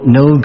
no